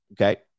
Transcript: Okay